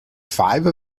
five